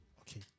Okay